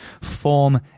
form